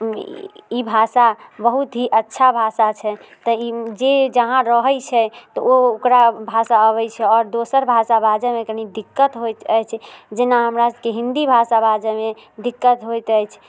ई भाषा बहुत ही अच्छा भाषा छै तऽ ई जे जहाँ रहै छै तऽ ओ ओकरा भाषा अबै छै आओर दोसर भाषा बजैमे कनी दिक्कत होइत अछि जेना हमरा सबके हिन्दी भाषा बाजैमे दिक्कत होइत अछि